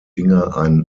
müssen